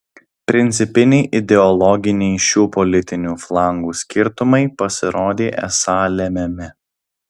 principiniai ideologiniai šių politinių flangų skirtumai pasirodė esą lemiami